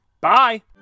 Bye